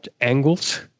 angles